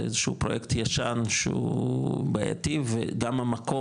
זה איזשהו פרויקט ישן שהוא בעייתי וגם המקום,